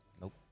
Nope